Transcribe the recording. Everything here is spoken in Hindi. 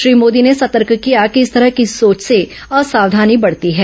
श्री मोदी ने सतर्क किया कि इस तरह की सोच से असावधानी बढ़ती है